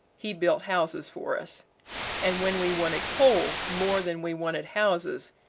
he built houses for us and when we wanted coal more than we wanted houses,